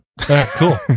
Cool